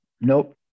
nope